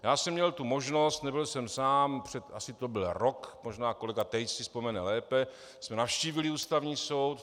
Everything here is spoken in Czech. Já jsem měl tu možnost, nebyl jsem sám, před asi to byl rok, možná kolega Tejc si vzpomene lépe, kdy jsme navštívili Ústavní soud.